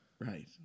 Right